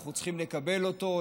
אנחנו צריכים לקבל אותו,